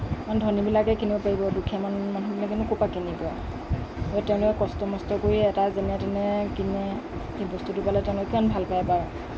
কাৰণ ধনীবিলাকে কিনিব পাৰিব দুখীয়া মানুহ মানুহবিলাকেনো ক'ৰপৰা কিনিব গতিকে তেওঁলোকে কষ্ট মস্ত কৰি এটা যেনে তেনে কিনে সেই বস্তুটো পালে তেওঁলোকে কিমান ভাল পায় বাৰু